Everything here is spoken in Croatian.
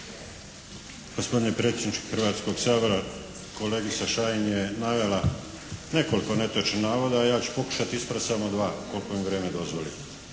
Gospodine predsjedniče Hrvatskoga sabora, kolegica Šain je navela nekoliko netočnih navoda a ja ću pokušati ispraviti samo dva koliko mi vrijeme dozvoli.